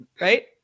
Right